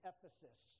Ephesus